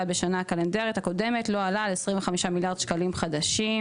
בשנה הקלנדרית הקודמת לא עלה על 25 מיליארד שקלים חדשים".